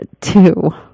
Two